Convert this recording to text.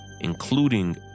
including